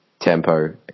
tempo